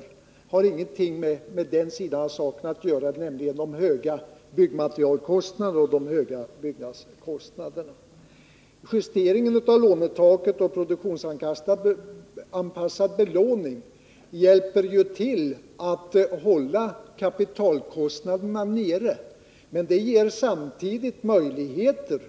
Det har ingenting med den sidan av saken att göra, nämligen de höga byggnadsmaterialkostnaderna och de höga byggnadskostnaderna. Justeringen av lånetaket och produktionsanpassad belåning hjälper ju till att hålla kapitalkostnaderna nere, men det ger samtidigt möjligheter